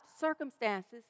circumstances